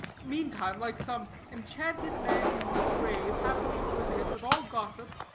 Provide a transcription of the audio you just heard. meantime, like some enchanted man in his grave, happily oblivious of all gossip,